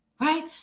Right